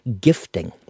gifting